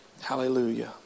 hallelujah